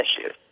issues